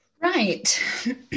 Right